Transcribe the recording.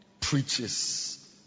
preaches